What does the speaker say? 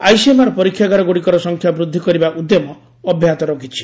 ICMR ପରୀକ୍ଷାଗାର ଗୁଡ଼ିକର ସଂଖ୍ୟାବୃଦ୍ଧି କରିବା ଉଦ୍ୟମ ଅବ୍ୟାହତ ରଖିଛି